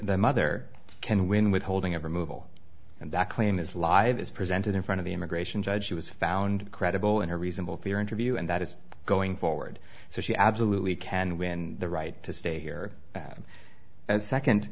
the mother can when withholding of removal and that claim is live is presented in front of the immigration judge she was found credible in a reasonable fear interview and that is going forward so she absolutely can win the right to stay here and second